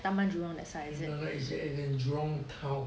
no no is is in jurong town